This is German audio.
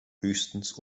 höchstens